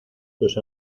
tus